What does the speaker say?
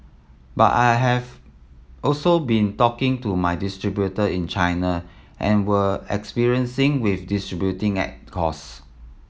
but I have also been talking to my distributor in China and we're experiencing with distributing at cost